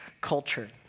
culture